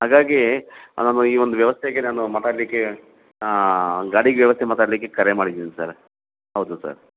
ಹಾಗಾಗಿ ನಾನು ಈ ಒಂದು ವ್ಯವಸ್ಥೆಗೆ ನಾನು ಮಾತಾಡ್ಲಿಕ್ಕೆ ಒಂದು ಗಾಡಿಗೆ ವ್ಯವಸ್ಥೆ ಮಾತಾಡ್ಲಿಕ್ಕೆ ಕರೆ ಮಾಡಿದ್ದೀನಿ ಸರ್ ಹೌದು ಸರ್